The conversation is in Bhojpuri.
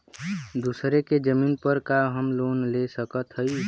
दूसरे के जमीन पर का हम लोन ले सकत हई?